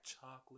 Chocolate